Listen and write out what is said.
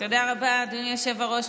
תודה רבה, אדוני היושב-ראש.